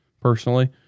personally